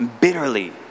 bitterly